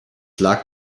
lag